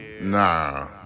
nah